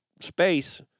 space